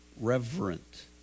reverent